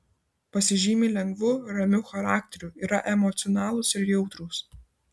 pasižymi lengvu ramiu charakteriu yra emocionalūs ir jautrūs